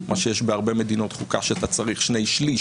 מה שיש בהרבה מדינות חוקה שאתה צריך שני שלישים